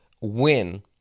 win